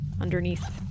underneath